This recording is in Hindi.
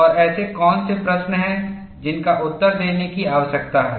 और ऐसे कौन से प्रश्न हैं जिनका उत्तर देने की आवश्यकता है